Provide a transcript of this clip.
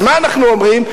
אז מה אנחנו אומרים?